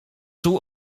czuł